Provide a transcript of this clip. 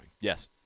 Yes